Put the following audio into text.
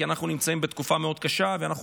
כי אנחנו נמצאים בתקופה מאוד קשה ואנחנו